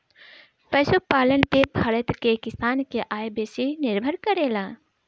पशुपालन पे भारत के किसान के आय बेसी निर्भर करेला